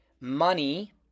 money